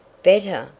better!